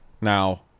now